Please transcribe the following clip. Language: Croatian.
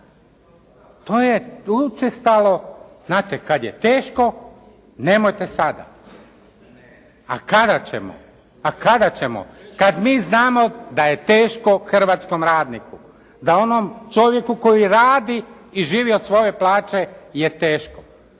to je učestalo, znate kad je teško nemojte sada. A kada ćemo? Kad mi znamo da je teško hrvatskom radniku, da onom čovjeku koji radi i živi od svoje plaće je teško,